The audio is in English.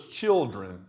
children